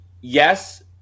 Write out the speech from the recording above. yes